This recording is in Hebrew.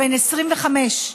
בן 25,